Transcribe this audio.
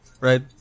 Right